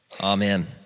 Amen